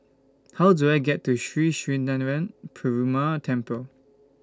How Do I get to Sri Srinivasa Perumal Temple